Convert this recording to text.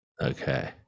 Okay